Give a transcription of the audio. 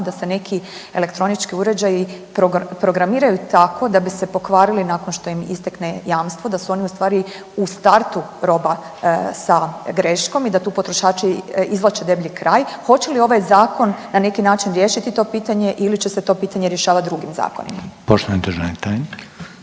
da se neki elektronički uređaji programiraju tako da bi se pokvarili nakon što im istekne jamstvo, da su oni ustvari u startu roba sa greškom i da tu potrošači izvlače deblji kraj. Hoće li ovaj zakon na neki način riješiti to pitanje ili će se to pitanje rješavati drugim zakonima? **Reiner, Željko